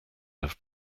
have